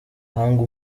hanga